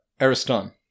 Ariston